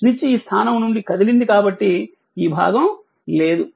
switch ఈ స్థానం నుండి కదిలింది కాబట్టి ఈ భాగం లేదు